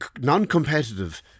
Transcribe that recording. non-competitive